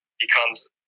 becomes